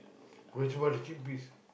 which you want to keep this